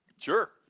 Sure